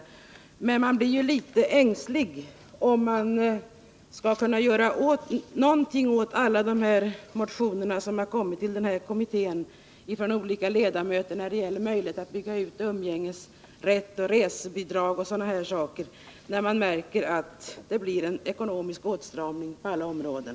Man blir litet ängslig för vad man skall kunna göra åt alla de motioner som kommer in till denna kommitté från olika ledamöter när det gäller möjligheten att bygga ut umgängesrätten, resebidragen och sådana saker. Man märker ju en ekonomisk åtstramning på alla områden.